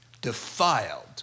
defiled